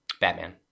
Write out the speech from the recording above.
Batman